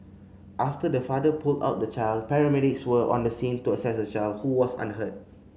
after the father pulled out the child paramedics were on the scene to assess the child who was unhurt